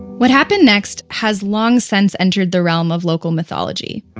what happened next has long-since entered the realm of local mythology.